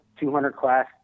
200-class